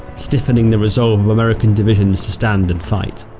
stiffening the resolve of american divisions to stand and fight.